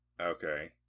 Okay